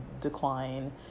decline